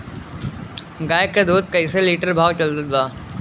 गाय के दूध कइसे लिटर भाव चलत बा?